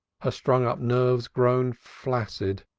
her strung-up nerves grown flaccid,